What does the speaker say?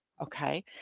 Okay